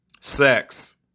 Sex